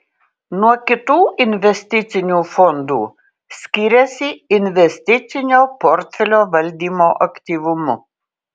nuo kitų investicinių fondų skiriasi investicinio portfelio valdymo aktyvumu